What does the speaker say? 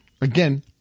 Again